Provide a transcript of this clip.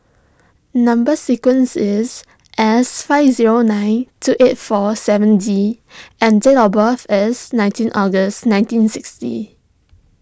Number Sequence is S five zero nine two eight four seven D and date of birth is nineteen August nineteen sixty